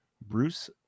Bruce